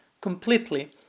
completely